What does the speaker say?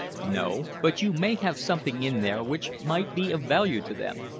no. but you may have something in there which might be of value to them.